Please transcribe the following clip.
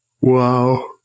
Wow